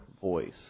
voice